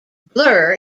blur